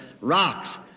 rocks